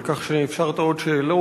על כך שאפשרת עוד שאלות,